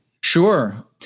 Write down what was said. Sure